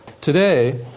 Today